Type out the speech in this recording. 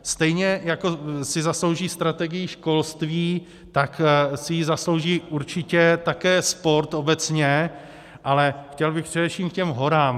Stejně jako si zaslouží strategii školství, tak si ji zaslouží určitě také sport obecně, ale chtěl bych především k těm horám.